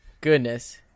goodness